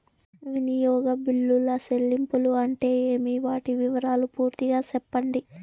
వినియోగ బిల్లుల చెల్లింపులు అంటే ఏమి? వాటి వివరాలు పూర్తిగా సెప్పండి?